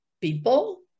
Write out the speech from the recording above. people